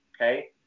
Okay